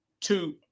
two